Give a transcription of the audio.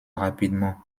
rapidement